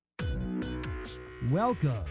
Welcome